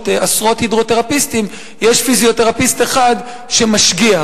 עשרות הידרותרפיסטים ויש פיזיותרפיסט אחד שמשגיח.